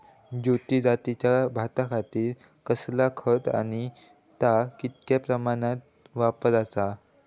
ज्योती जातीच्या भाताखातीर कसला खत आणि ता कितक्या प्रमाणात वापराचा?